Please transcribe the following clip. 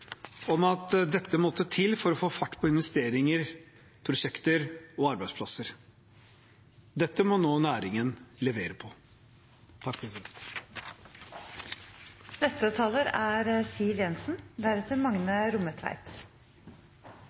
om at dette måtte til for å få fart på investeringer, prosjekter og arbeidsplasser. Dette må nå næringen levere på.